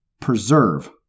preserve